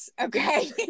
okay